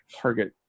target